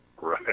Right